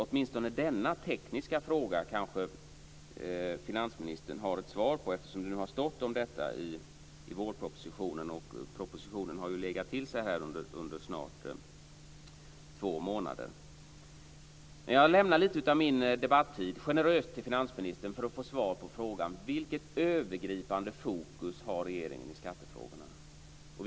Åtminstone denna tekniska fråga kanske finansministern har ett svar på, eftersom det har stått om detta i vårpropositionen och propositionen har legat till sig här i snart två månader. Jag lämnar generöst lite av min debattid till finansministern, för att få svar på frågan: Vilket övergripande fokus har regeringen i skattefrågorna?